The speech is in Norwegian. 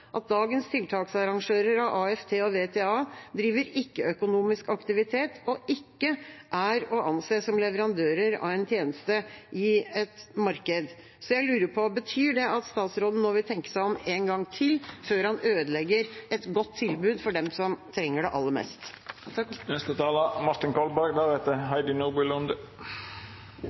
at dagens tiltaksarrangører av AFT og VTA driver ikke-økonomisk aktivitet og ikke er å anse som leverandører av en tjeneste i et marked. Så jeg lurer på: Betyr det at statsråden nå vil tenke seg om en gang til før han ødelegger et godt tilbud for dem som trenger det aller mest?